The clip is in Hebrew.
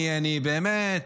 אני באמת,